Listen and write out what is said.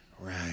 Right